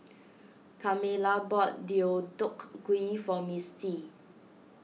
Carmella bought Deodeok Gui for Mistie